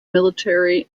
military